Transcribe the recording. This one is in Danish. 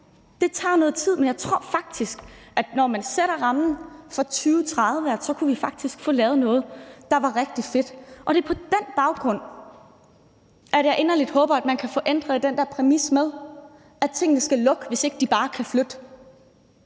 Det tager noget tid, men jeg tror faktisk, at når man sætter rammen for 2030, kunne vi faktisk få lavet noget, der var rigtig fedt. Det er på den baggrund, at jeg inderligt håber, at man kan få ændret på den der præmis om, at tingene skal lukke, hvis ikke de bare kan flytte.